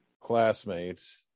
classmates